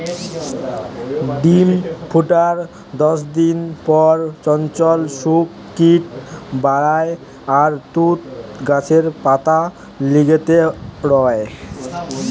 ডিম ফুটার দশদিন পর চঞ্চল শুক কিট বারায় আর তুত গাছের পাতা গিলতে রয়